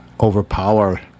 overpower